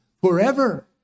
forever